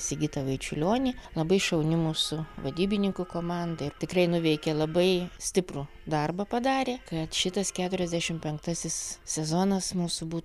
sigitą vaičiulionį labai šauni mūsų vadybininkų komanda ir tikrai nuveikė labai stiprų darbą padarė kad šitas keturiasdešim penktasis sezonas mūsų būtų